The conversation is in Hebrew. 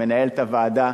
מנהלת הוועדה,